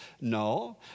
No